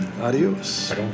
Adios